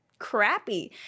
crappy